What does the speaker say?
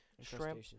Shrimp